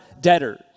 debtors